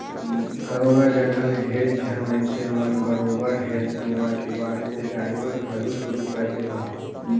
corona जघा ले ढेरेच झन मइनसे मन बरोबर हेल्थ बीमा के बारे मे जानेबर घलो शुरू कर देहिन हें